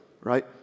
right